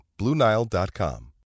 BlueNile.com